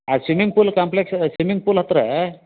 ಆ swimming pool complex swimming pool ಹತ್ತಿರ